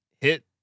hit